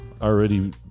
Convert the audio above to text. already